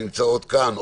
שנמצאים כאן,